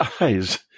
eyes